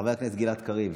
חבר הכנסת גלעד קריב,